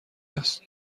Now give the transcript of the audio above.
است